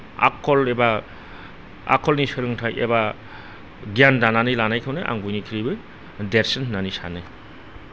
आखल एबा आखलनि सोलोंथाय एबा गियान दानानै लानायखौनो आं बयनिख्रुयबो देरसिन होननानै सानो